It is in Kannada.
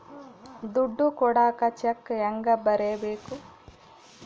ದುಡ್ಡು ಕೊಡಾಕ ಚೆಕ್ ಹೆಂಗ ಬರೇಬೇಕು?